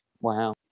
Wow